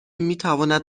میتواند